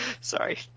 Sorry